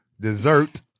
Dessert